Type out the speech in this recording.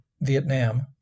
Vietnam